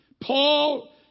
Paul